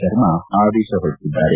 ಶರ್ಮಾ ಆದೇಶ ಹೊರಡಿಸಿದ್ದಾರೆ